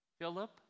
Philip